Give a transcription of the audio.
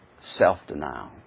Self-denial